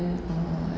uh